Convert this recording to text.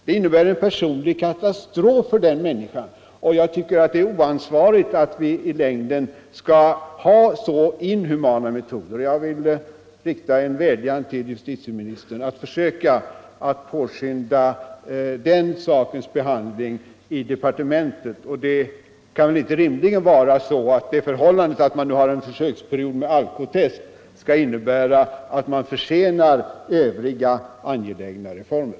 Det innebär en personlig katastrof för den människan, och jag tycker att det är oansvarigt att vi i längden skall ha så inhumana metoder. Jag vill rikta en vädjan till justitieministern att försöka påskynda behandlingen i departementet av frågan om körkortsindragningar. Det förhållandet att man nu har en försöksperiod med Alcotest kan inte rimligen få innebära att man försenar övriga angelägna reformer.